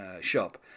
shop